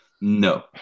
No